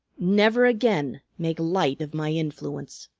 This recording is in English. never again make light of my influence.